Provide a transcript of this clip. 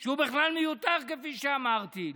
שהוא בכלל מיותר, כפי שאמרתי?